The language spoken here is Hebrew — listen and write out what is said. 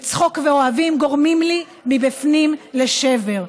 וצחוק ואוהבים גורמים לי מבפנים לשבר.